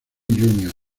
junior